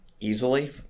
easily